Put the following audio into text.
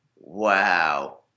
Wow